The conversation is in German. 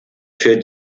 führt